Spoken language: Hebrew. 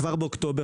כבר באוקטובר,